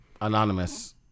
anonymous